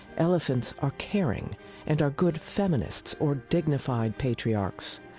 elephants are caring and are good feminists or dignified patriarchs.